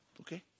okay